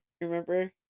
Remember